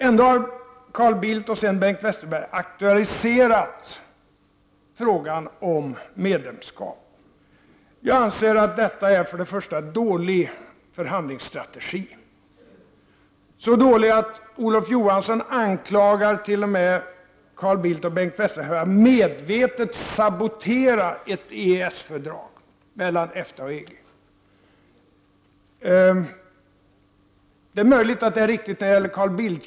Ändå har Carl Bildt och sedan Bengt Westerberg aktualiserat frågan om medlemskap. Jag anser att detta är dålig förhandlingsstrategi, så dålig att Olof Johansson t.o.m. anklagar Carl Bildt och Bengt Westerberg för att medvetet sabotera det EES-fördraget mellan EFTA och EG. Det är möjligt att det är riktigt när det gäller Carl Bildt.